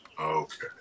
Okay